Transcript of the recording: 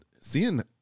seeing –